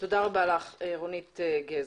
תודה רבה לך רונית גז.